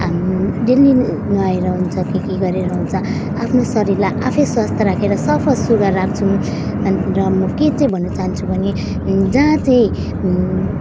daily नुहाएर हुन्छ कि के गरेर हुन्छ आफ्नो शरीरलाई आफै स्वास्थ्य राखेर सफा सुग्घर राख्छौँ अनि र म के चाहिँ भन्न चाहन्छु भने जहाँ चाहिँ